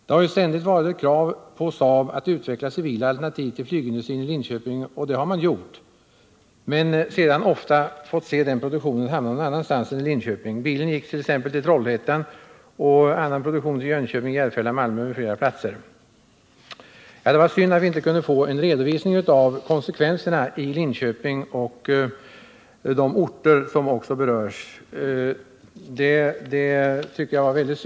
Det har ju ständigt varit ett krav på Saab att utveckla civila alternativ till lygindustrin i Linköping. Det har man också gjort men sedan ofta fått se den produktionen hamna någon annanstans än i Linköping. Bilen gick t.ex. till Trollhättan och annan produktion till Jönköping, Järfälla, Malmö m.fl. platser. Det var synd att vi inte kunde få en redovisning av konsekvenserna i Linköping och de andra orter som berörs.